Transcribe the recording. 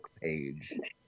page